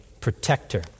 protector